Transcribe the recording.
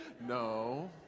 No